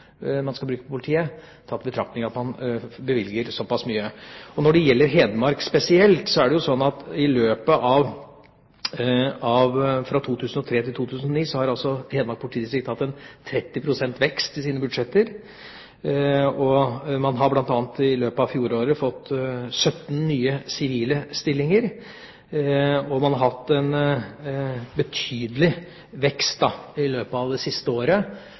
man skal bruke på politiet, tatt i betraktning at man bevilger såpass mye. Når det gjelder Hedmark spesielt, har Hedmark politidistrikt fra 2003 til 2009 hatt 30 pst. vekst i sine budsjetter. Man har bl.a. i løpet av fjoråret fått 17 nye sivile stillinger, og man har hatt en betydelig vekst i løpet av det siste året